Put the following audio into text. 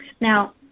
Now